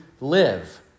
live